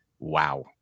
Wow